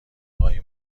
های